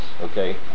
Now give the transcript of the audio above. okay